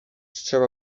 trzeba